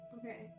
Okay